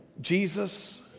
Jesus